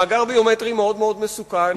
מאגר ביומטרי מאוד מאוד מסוכן,